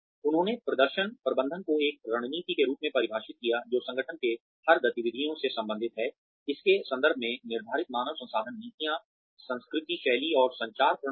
उन्होंने प्रदर्शन प्रबंधन को एक रणनीति के रूप में परिभाषित किया जो संगठन के हर गतिविधि से संबंधित है इसके संदर्भ में निर्धारित मानव संसाधन नीतियाँ संस्कृति शैली और संचार प्रणाली